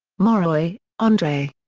maurois, andre.